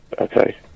okay